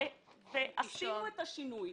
ועשינו את השינוי,